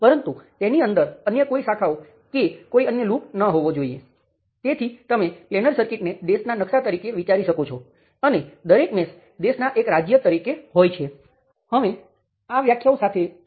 voltage નિયંત્રિત current સ્ત્રોત અહીં છે અને તે કરંટ છે જે Gm × Vx તરીકે વ્યાખ્યાયિત થયેલ છે અને Vx આ રેઝિસ્ટર R13 પર છે